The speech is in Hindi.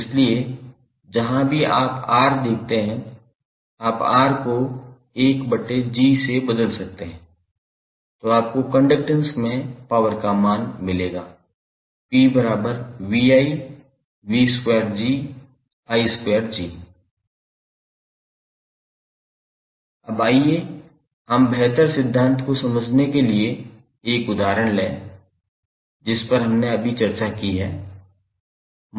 इसलिए जहाँ भी आप R देखते हैं आप R को 1 G से बदल देते हैं तो आपको कंडक्टैंस में पावर का मान मिलेगा 𝑝𝑣𝑖𝑣2𝐺𝑖2𝐺 अब आइए हम बेहतर सिद्धांत को समझने के लिए एक उदाहरण लें जिस पर हमने अभी चर्चा की है